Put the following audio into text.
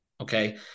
okay